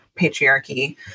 patriarchy